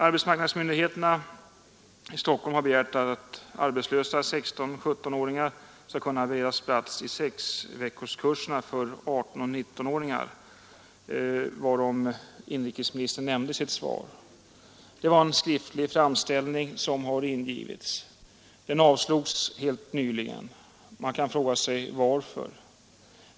Arbetsmarknadsmyndigheterna i Stockholm har i en skriftlig framställning begärt att arbetslösa 16 och 17-åringar skall kunna beredas plats i sexveckorskurserna för 18 och 19-åringar, såsom inrikesministern nämnde i sitt svar. Denna framställning avslogs helt nyligen. Man kan fråga sig varför.